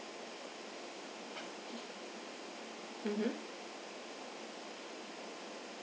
mmhmm